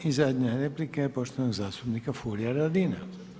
I zadnja replika je poštovanog zastupnika Furia Radina.